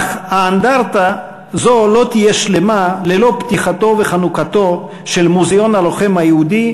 אך אנדרטה זו לא תהיה שלמה ללא פתיחתו וחנוכתו של מוזיאון הלוחם היהודי,